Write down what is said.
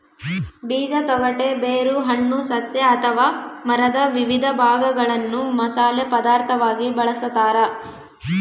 ಬೀಜ ತೊಗಟೆ ಬೇರು ಹಣ್ಣು ಸಸ್ಯ ಅಥವಾ ಮರದ ವಿವಿಧ ಭಾಗಗಳನ್ನು ಮಸಾಲೆ ಪದಾರ್ಥವಾಗಿ ಬಳಸತಾರ